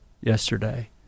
yesterday